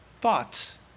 thoughts